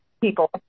people